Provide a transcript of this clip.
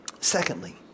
Secondly